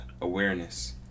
awareness